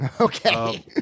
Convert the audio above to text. Okay